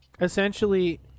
essentially